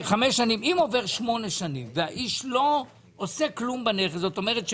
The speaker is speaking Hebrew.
אם עוברות שמונה שנים והאיש לא עושה כלום בנכס זאת אומרת,